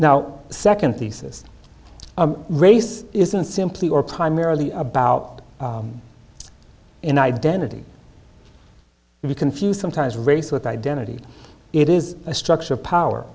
now second thesis race isn't simply or primarily about an identity we confuse sometimes race with identity it is a structure of power